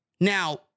Now